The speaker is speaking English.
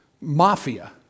mafia